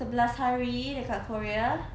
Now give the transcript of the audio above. sebelas hari dekat korea